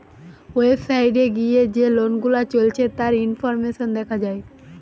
website এ গিয়ে যে লোন গুলা চলছে তার ইনফরমেশন দেখা যায়